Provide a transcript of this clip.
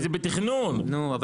למה